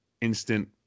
instant